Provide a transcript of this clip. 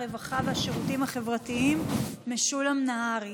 הרווחה והשירותים החברתיים משולם נהרי.